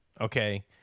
Okay